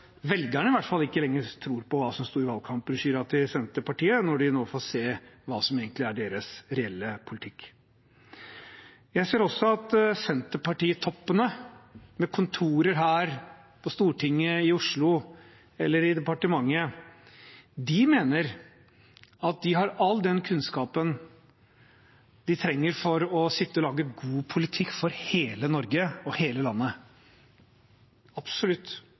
velgerne i hvert fall ikke lenger tror på det som sto i valgkampbrosjyren til Senterpartiet, når de nå får se hva som egentlig er deres reelle politikk. Jeg ser også at Senterparti-toppene med kontorer her på Stortinget i Oslo eller i departementet mener at de har all den kunnskapen de trenger for å lage god politikk for hele Norge og hele landet. De vil absolutt